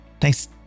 Thanks